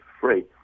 free